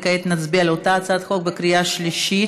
כעת נצביע על אותה הצעת חוק בקריאה שלישית,